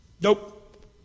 Nope